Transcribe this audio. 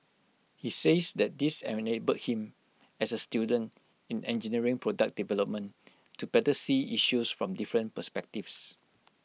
he says that this enabled him as A student in engineering product development to better see issues from different perspectives